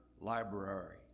Library